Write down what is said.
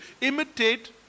Imitate